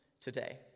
today